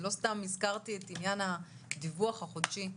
לא סתם הזכרתי את עניין הדיווח החודשי,